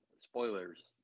spoilers